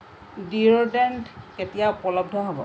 deodorant কেতিয়া উপলব্ধ হ'ব